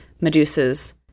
Medusa's